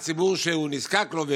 הציבור שנזקק לכך,